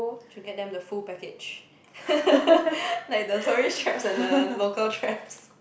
should get them the full package like the tourist traps and the local traps